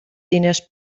diners